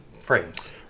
frames